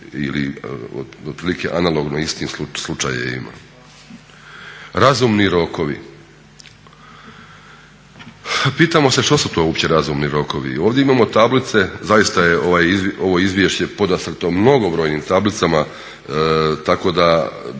ili otprilike analogno istim slučajevima. Razumni rokovi. Pitamo što su to uopće razumni rokovi. Ovdje imamo tablice, zaista je ovo izvješće podastrto mnogobrojnim tablicama tako da